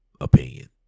opinion